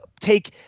take